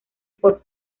por